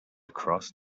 across